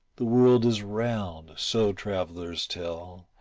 the world is round, so travellers tell,